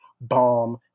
bomb